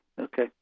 okay